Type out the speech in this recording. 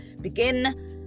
begin